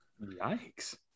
Yikes